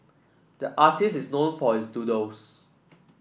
the artist is known for his doodles